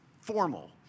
formal